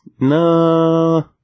No